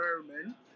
environment